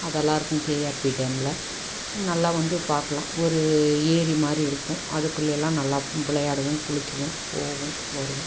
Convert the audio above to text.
அதெல்லாம் இருக்கும் கேஆர்பி டேமில் நல்லா வந்து பார்க்கலாம் ஒரு ஏறி மாரி இருக்கும் அதுக்குள்ளேலாம் நல்லா விளையாடுவோம் குளிக்குவோம் போவோம் வருவோம்